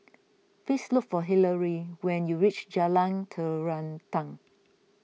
please look for Hillery when you reach Jalan Terentang